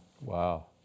Wow